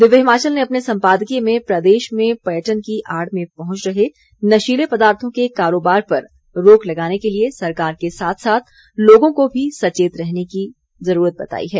दिव्य हिमाचल ने अपने सम्पादकीय में प्रदेश में पर्यटन की आड़ में पहुंच रहे नशीले पदार्थों के कारोबार पर रोक लगाने के लिये सरकार के साथ साथ लोगों को भी सचेत रहने की जरूरत बताई है